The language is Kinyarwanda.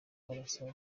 barasa